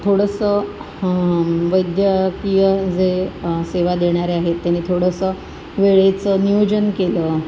थोडंसं वैद्यकीय जे सेवा देणारे आहेत त्यांनी थोडंसं वेळेचं नियोजन केलं